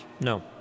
No